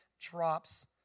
drops